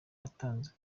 yatanze